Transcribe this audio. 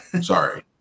Sorry